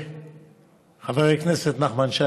חבר הכנסת נחמן שי,